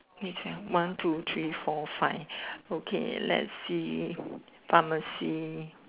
is one two three four five okay let's see pharmacy